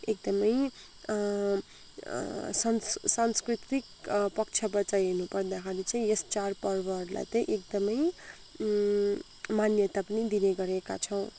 एकदमै संस् संस्कृतिक पक्षबाट हेर्नु पर्दाखेरि चाहिँ यस चाड पर्वहरूलाई चाहिँ एकदमै मान्यता पनि दिने गरेका छौँ